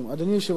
אדוני היושב-ראש,